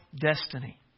destiny